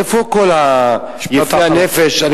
איפה כל יפי הנפש, משפט אחרון.